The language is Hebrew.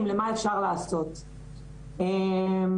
עכשיו, תבינו: